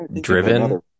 Driven